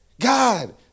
God